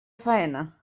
faena